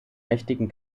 mächtigen